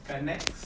dekat nex